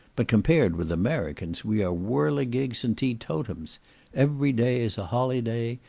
but, compared with americans, we are whirligigs and tetotums every day is a holyday,